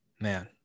Man